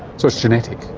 so it's genetic?